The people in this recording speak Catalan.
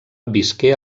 visqué